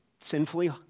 sinfully